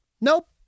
Nope